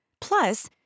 Plus